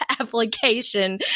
application